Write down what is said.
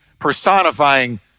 personifying